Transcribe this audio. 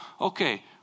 okay